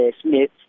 Smith